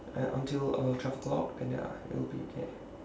uh until uh twelve o'clock and then I it'll be okay